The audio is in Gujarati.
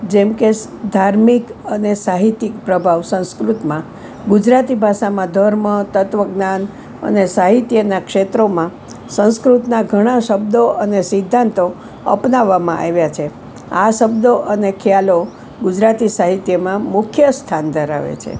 જેમ કે ધાર્મિક અને સાહિત્યિક પ્રભાવ સંસ્કૃતિમાં ગુજરાતી ભાષામાં ધર્મ તત્ત્વજ્ઞાન અને સાહિત્યના ક્ષેત્રોમાં સંસ્કૃતના ઘણા શબ્દો અને સિદ્ધાંતો અપનાવવામાં આવ્યા છે આ શબ્દો અને ખ્યાલો ગુજરાતી ભાષામાં મુખ્ય સ્થાન ધરાવે છે